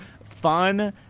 fun